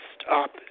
stop